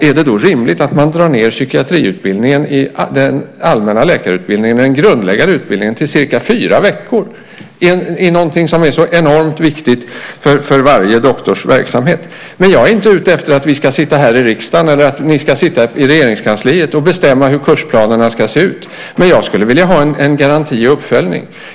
Är det då rimligt att man drar ned psykiatriutbildningen i den allmänna läkarutbildningen, den grundläggande utbildningen, till cirka fyra veckor i någonting som är så enormt viktigt för varje doktors verksamhet? Jag är inte ute efter att vi ska sitta här i riksdagen eller att ni ska sitta i Regeringskansliet och bestämma hur kursplanerna ska se ut, men jag skulle vilja ha en garanti och uppföljning.